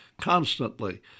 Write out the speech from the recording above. constantly